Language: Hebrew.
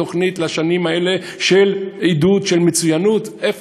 זו תוכנית של עידוד, של מצוינות לשנים האלה.